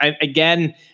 again